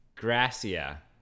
Gracia